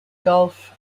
golf